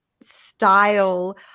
style